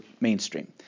mainstream